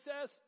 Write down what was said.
says